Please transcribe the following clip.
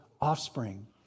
offspring